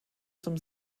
zum